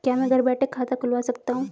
क्या मैं घर बैठे खाता खुलवा सकता हूँ?